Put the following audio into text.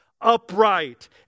upright